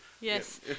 Yes